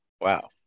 Wow